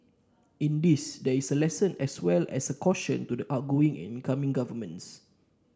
in this there is a lesson as well as a caution to the outgoing and incoming governments